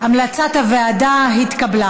המלצת הוועדה התקבלה.